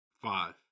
Five